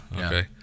Okay